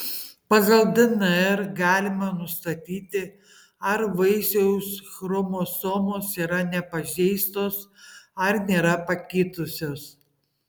pagal dnr galima nustatyti ar vaisiaus chromosomos yra nepažeistos ar nėra pakitusios